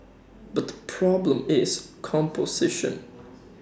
but the problem is composition